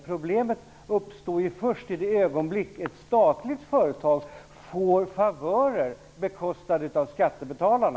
Problemet uppstår först i det ögonblick ett statligt företag får favörer som bekostas av skattebetalarna.